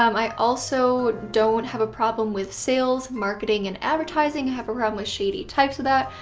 um i also don't have a problem with sales, marketing, and advertising, i have a problem with shady types of that.